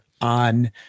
on